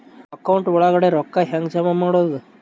Account ಒಳಗಡೆ ರೊಕ್ಕ ಹೆಂಗ್ ಜಮಾ ಮಾಡುದು?